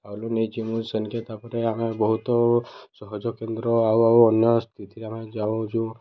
ଆଲୁ ନେଇ ଯିମୁ ମୁଁ ସେନ୍କେ ତା'ପରେ ଆମେ ବହୁତ ସହଜ କେନ୍ଦ୍ର ଆଉ ଆଉ ଅନ୍ୟ ସ୍ଥିତିରେ ଆମେ ଯାଉଛୁ